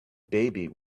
baby